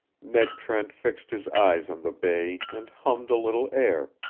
ned trent fixed his eyes on the bay and hummed a little air,